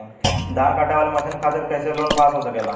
धान कांटेवाली मशीन के खातीर कैसे लोन पास हो सकेला?